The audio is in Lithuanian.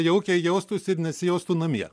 jaukiai jaustųsi ir nesijaustų namie